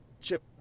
Chip